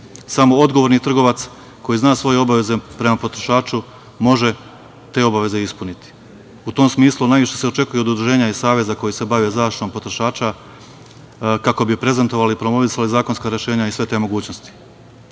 odgovorni trgovac koji zna svoje obaveze prema potrošaču može te obaveze ispuniti. U tom smislu najviše se očekuje od udruženja i saveza koji se bave zaštitom potrošača kako bi prezentovali i promovisali zakonska rešenja i sve te